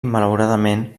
malauradament